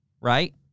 Right